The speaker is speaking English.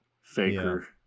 Faker